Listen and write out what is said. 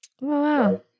Wow